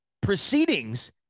proceedings